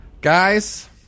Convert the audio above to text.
Guys